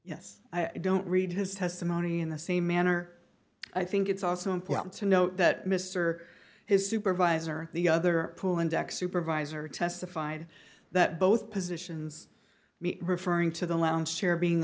yes i don't read his testimony in the same manner i think it's also important to note that mr his supervisor the other pool and deck supervisor testified that both positions referring to the lounge chair being